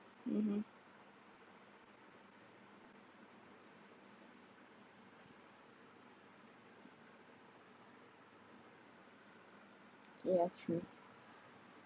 (uh huh) yeah true